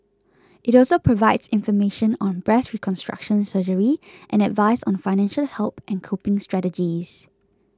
it also provides information on breast reconstruction surgery and advice on financial help and coping strategies